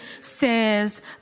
says